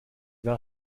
war